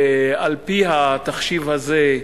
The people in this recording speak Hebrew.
ועל-פי התחשיב הזה,